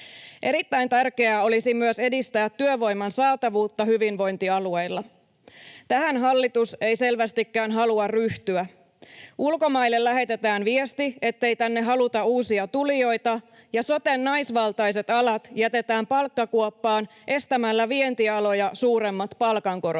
Erittäin tärkeää olisi myös edistää työvoiman saatavuutta hyvinvointialueilla. Tähän hallitus ei selvästikään halua ryhtyä. Ulkomaille lähetetään viesti, ettei tänne haluta uusia tulijoita, ja soten naisvaltaiset alat jätetään palkkakuoppaan estämällä vientialoja suuremmat palkankorotukset.